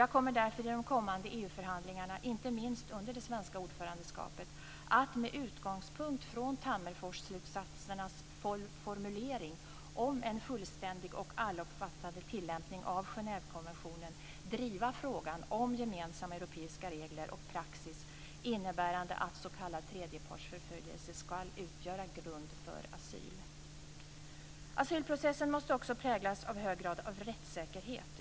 Jag kommer därför i de kommande EU förhandlingarna, inte minst under det svenska ordförandeskapet, att med utgångspunkt från Tammerforsslutsatsernas formulering om en fullständig och allomfattande tillämpning av Genèvekonventionen driva frågan om gemensamma europeiska regler och en praxis innebärande att s.k. tredjepartsförföljelse ska utgöra grund för asyl. Asylprocessen måste också präglas av en hög grad av rättssäkerhet.